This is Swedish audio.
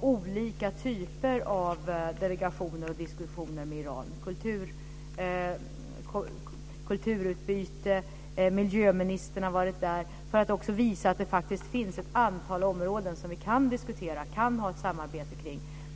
olika typer av delegationer som för diskussioner med Iran. Vi har haft kulturutbyte. Miljöministern har varit där. Det har vi gjort för att visa att det finns ett antal områden som vi kan diskutera och samarbeta kring.